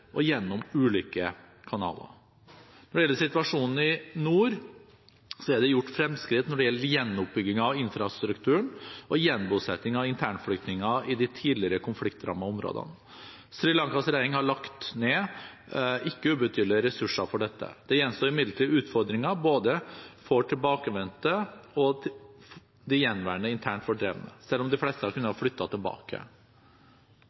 og gjennom ulike kanaler. Når det gjelder situasjonen i nord, er det gjort fremskritt i gjenoppbyggingen av infrastrukturen og gjenbosettingen av internflyktninger i de tidligere konfliktrammede områdene. Sri Lankas regjering har lagt ned ikke ubetydelige ressurser for dette. Det gjenstår imidlertid utfordringer for både tilbakevendte og de gjenværende internt fordrevne, selv om de fleste har kunnet